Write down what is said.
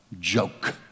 joke